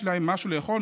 יש להם משהו לשתות,